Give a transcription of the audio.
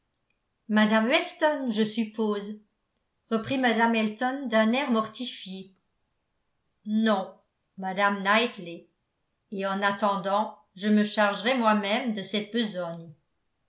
mme weston je suppose reprit mme elton d'un air mortifié non mme knightley et en attendant je me chargerai moi-même de cette besogne